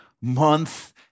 month